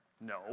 no